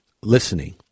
listening